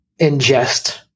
ingest